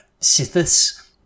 Sithis